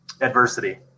adversity